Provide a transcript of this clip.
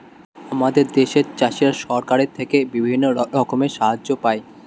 আমাদের দেশের চাষিরা সরকারের থেকে বিভিন্ন রকমের সাহায্য পায়